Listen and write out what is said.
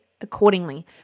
accordingly